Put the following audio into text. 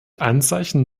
anzeichen